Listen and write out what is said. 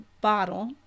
bottle